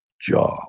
job